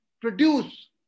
produce